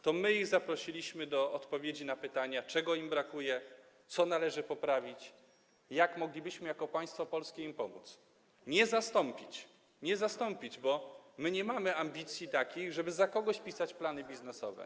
To my ich zaprosiliśmy do odpowiedzi na pytania, czego im brakuje, co należy poprawić, jak moglibyśmy jako polskie państwo im pomóc, a nie zastąpić, bo my nie mamy ambicji takich, żeby za kogoś pisać plany biznesowe.